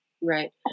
Right